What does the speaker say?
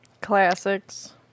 Classics